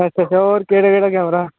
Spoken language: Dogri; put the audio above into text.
अच्छा अच्छा होर केह्ड़ा केह्ड़ा कैमरा